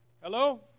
Hello